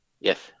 Yes